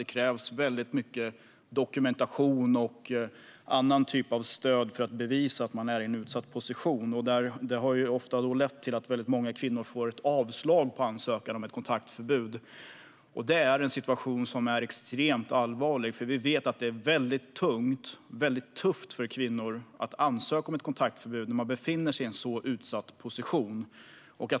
Det krävs väldigt mycket dokumentation och andra typer av stöd för att bevisa att man är i en utsatt position. Det har ofta lett till att väldigt många kvinnor får ett avslag på ansökan om ett kontaktförbud. Det är en situation som är extremt allvarlig. Vi vet nämligen att det är mycket tungt och tufft för kvinnor att ansöka om ett kontaktförbud när de befinner sig i en så utsatt situation.